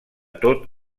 tot